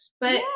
But-